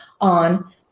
on